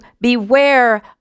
beware